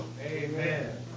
Amen